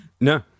no